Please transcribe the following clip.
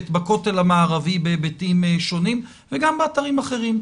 בכותל המערבי בהיבטים שונים וגם באתרים אחרים.